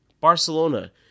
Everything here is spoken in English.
Barcelona